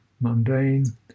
mundane